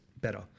better